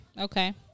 okay